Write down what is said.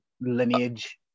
lineage